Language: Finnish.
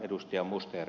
kannatan ed